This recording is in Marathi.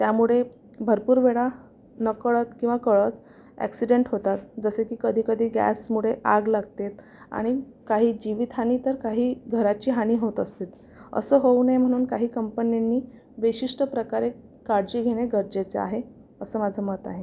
त्यामुळे भरपूर वेळा नकळत किंवा कळत अॅक्सिडेंट होतात जसे की कधी कधी गॅसमुळे आग लागते आणि काही जीवितहानी तर काही घराची हानी होत असते असं होऊ नये म्हणून काही कंपन्यांनी विशिष्ट प्रकारे काळजी घेणे गरजेचे आहे असं माझं मत आहे